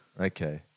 okay